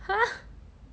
!huh!